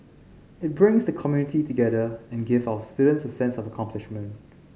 it brings the community together and give our students a sense of accomplishment